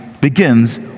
begins